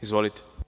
Izvolite.